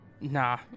nah